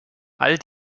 all